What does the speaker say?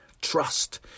Trust